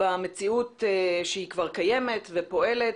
במציאות שהיא כבר קיימת ופועלת,